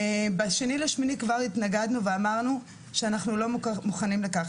ב-2 באוגוסט כבר התנגדנו ואמרנו שאנחנו לא מוכנים לכך.